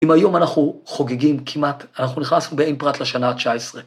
אם היום אנחנו חוגגים כמעט, אנחנו נכנסנו בעין פרת לשנה ה-19.